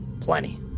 Plenty